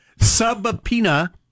Subpoena